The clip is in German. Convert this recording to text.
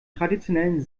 traditionellen